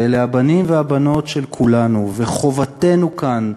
אלה הבנים והבנות של כולנו, וחובתנו כאן,